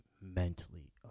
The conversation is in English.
mentally